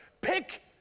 Pick